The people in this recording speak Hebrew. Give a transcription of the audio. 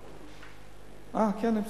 סליחה,